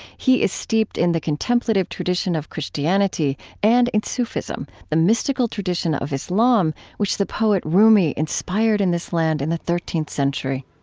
he is steeped in the contemplative tradition of both christianity and in sufism, the mystical tradition of islam, which the poet rumi inspired in this land in the thirteenth century